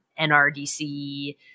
NRDC